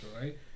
right